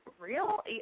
real